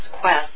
quest